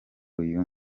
uyu